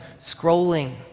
scrolling